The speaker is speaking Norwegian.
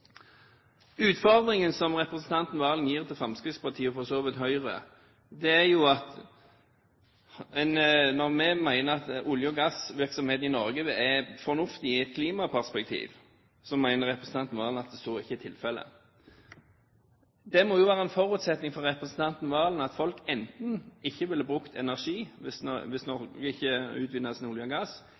Utfordringen som representanten Serigstad Valen gir til Fremskrittspartiet, og for så vidt også til Høyre, går på at vi mener at olje- og gassvirksomheten i Norge er fornuftig i et klimaperspektiv. Representanten Serigstad Valen mener at så ikke er tilfellet. Det må være en forutsetning for representanten Serigstad Valen at folk enten ikke ville brukt energi hvis Norge ikke utvinner olje eller gass,